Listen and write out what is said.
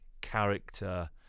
character